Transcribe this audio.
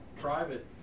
private